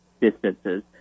distances